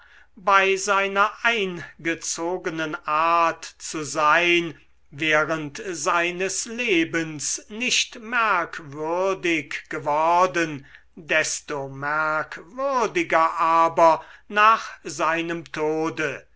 bei seiner eingezogenen art zu sein während seines lebens nicht merkwürdig geworden desto merkwürdiger aber nach seinem tode